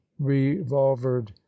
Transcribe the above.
revolvered